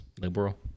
liberal